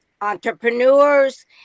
entrepreneurs